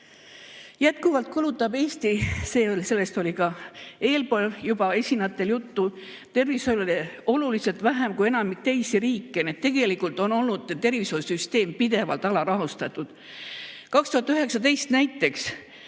Jätkuvalt kulutab Eesti – sellest oli ka eelesinejatel juba juttu – tervishoiule oluliselt vähem kui enamik teisi riike, nii et tegelikult on olnud tervishoiusüsteem pidevalt alarahastatud. Aastal 2019 näiteks